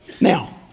Now